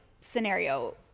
scenario